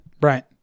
Right